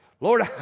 Lord